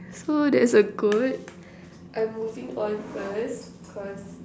so there's a goat I'm moving on first because